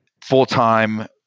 full-time